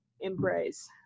embrace